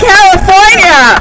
California